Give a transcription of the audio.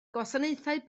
gwasanaethau